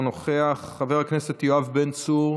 אינו נוכח, חבר הכנסת יואב בן צור,